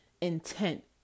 intent